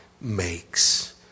makes